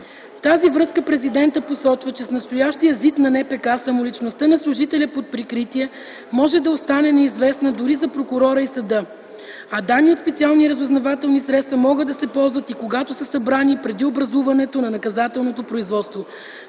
В тази връзка президентът посочва, че с настоящия ЗИД на НПК самоличността на служителя под прикритие може да остане неизвестна дори за прокурора и съда, а данни от специални разузнавателни средства могат да се използват и когато са събрани преди образуването на наказателно производство.